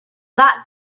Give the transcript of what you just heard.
that